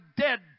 dead